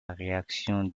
réaction